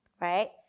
right